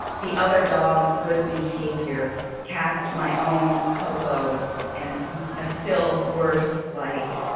the other dog's good behavior cast my own coco's in a so still worse light.